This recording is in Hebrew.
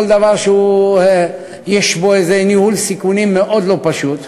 דבר שיש בו איזה ניהול סיכונים מאוד לא פשוט.